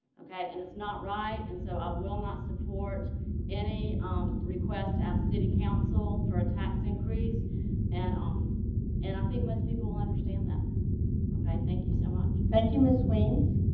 okay and it's not right and so i will not support any um request asked city council for a tax increase and um and i think most people will understand that okay. thank you so much. thank you. miss williams.